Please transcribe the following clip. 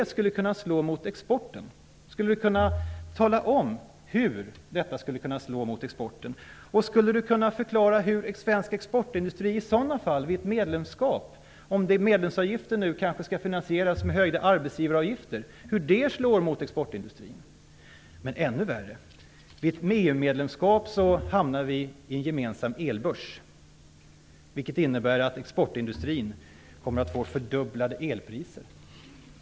Skulle Göran Persson kunna förklara hur det vid ett medlemskap slår mot svensk exportindustri om medlemsavgiften kanske skall finansieras med höjda arbetsgivaravgifter? Ännu värre är att vid ett EU-medlemskap hamnar vi i en gemensam elbörs. Det innebär att exportindustrin kommer att få fördubblade elpriser.